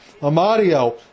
Amadio